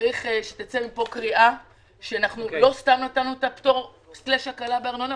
צריכה לצאת מפה קריאה שלא סתם את הפטור/הקלה בארנונה,